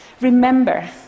Remember